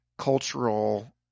cultural